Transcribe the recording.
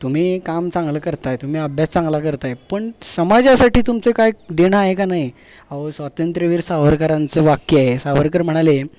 तुम्ही काम चांगलं करत आहात तुम्ही अभ्यास चांगला करत आहात पण समाजासाठी तुमचं काही देणं आहे का नाही अहो स्वातंत्र्यवीर सावरकरांचं वाक्य आहे सावरकर म्हणाले